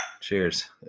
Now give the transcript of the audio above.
cheers